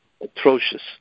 atrocious